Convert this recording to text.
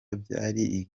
byari